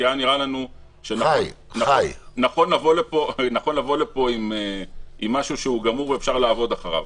כי היה נראה לנו שנכון לבוא לפה עם משהו שהוא גמור ואפשר לעבוד אחריו.